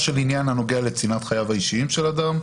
של ענין הנוגע לצנעת חייו האישיים של אדם,